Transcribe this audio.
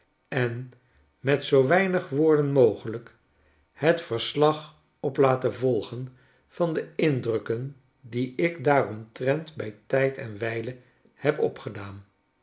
en met zoo weinig woorden mogelijk het verslag op laten volgen van de indrukken die ik daaromtrent bij tijd en wijle heb opgedaan